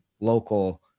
local